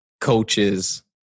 coaches